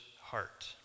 heart